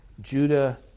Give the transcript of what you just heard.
Judah